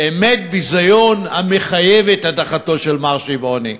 באמת ביזיון המחייב את הדחתו של מר שמעוני.